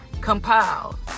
compiled